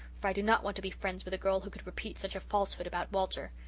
for i do not want to be friends with a girl who could repeat such a falsehood about walter.